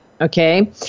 okay